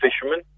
fishermen